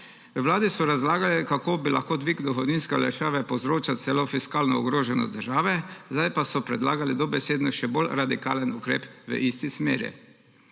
Vladi so razlagali, kako bi lahko dvig dohodninske olajšave povzročal celo fiskalno ogroženost države, sedaj pa so predlagali dobesedno še bolj radikalen ukrep v isti smeri.